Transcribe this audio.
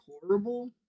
horrible